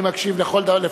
אני מקשיב לכל דבר.